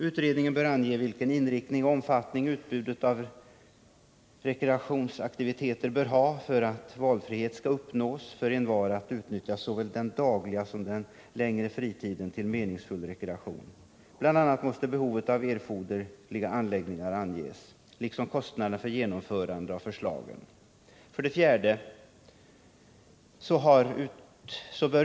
Utredningen bör ange vilken inriktning och omfattning utbudet av rekreationsaktiviteter bör ha för att valfrihet skall uppnås för envar att utnyttja såväl den dagliga som den längre fritiden till meningsfull rekreation. Bl. a. måste behovet av erforderliga anläggningar anges liksom kostnaderna för genomförande av förslagen. 4.